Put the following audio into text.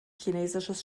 chinesisches